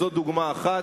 זאת דוגמה אחת,